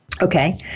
Okay